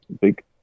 big